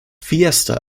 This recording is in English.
fiesta